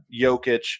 Jokic